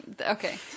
Okay